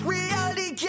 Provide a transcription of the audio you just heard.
Reality